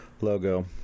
logo